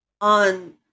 on